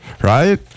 right